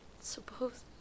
suppose